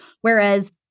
Whereas